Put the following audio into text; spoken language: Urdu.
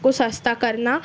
کو سستا کرنا